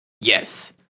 Yes